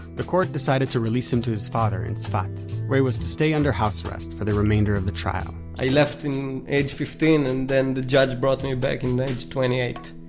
the court decided to release him to his father in tzfat, where he was to stay under house arrest for the remainder of the trial i left in age fifteen and then the judge brought me back in age twenty-eight.